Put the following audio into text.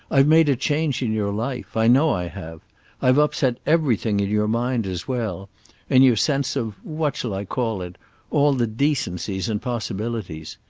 i've made a change in your life, i know i have i've upset everything in your mind as well in your sense of what shall i call it all the decencies and possibilities.